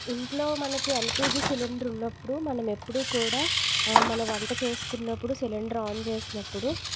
ఇంట్లో మనకి LPG cylinder ఉన్నప్పుడు మనము ఎప్పుడూ కూడా మన వంట చేసుకున్నప్పుడు సిలిండర్ ఆన్ చేసినప్పుడు